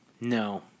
No